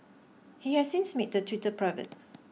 he has since made the Twitter private